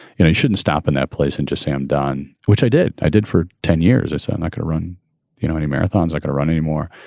it shouldn't stop in that place and just say i'm done, which i did. i did for ten years or so and i could run you know any marathons i could run anymore.